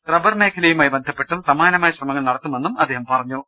rubber മേഖലയുമായി ബന്ധപ്പെട്ടും സമാനമായ ശ്രമങ്ങൾ നടത്തുമെന്നും അദ്ദേഹം അറിയിച്ചു